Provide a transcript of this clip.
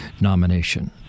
nomination